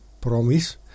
promise